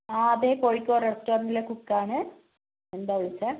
ആ അതേ കോഴിക്കോട് റെസ്റ്റോറൻറ്റിലെ കുക്കാണ് എന്താണ് വിളിച്ചത്